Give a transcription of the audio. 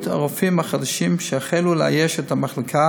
הרופאים החדשים שהחלו לאייש את המחלקה